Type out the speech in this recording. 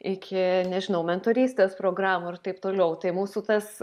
iki nežinau mentorystės programų ir taip toliau tai mūsų tas